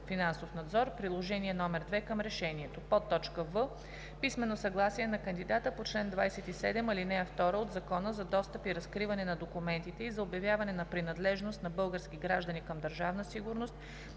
финансов надзор – приложение № 2 към решението; в) писмено съгласие на кандидата по чл. 27, ал. 2 от Закона за достъп и разкриване на документите и за обявяване на принадлежност на български граждани към Държавна сигурност